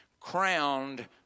crowned